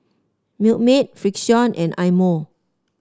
Milkmaid Frixion and Eye Mo